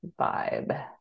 vibe